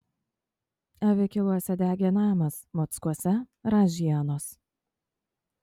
avikiluose degė namas mockuose ražienos